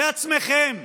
לעצמכם?